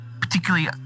particularly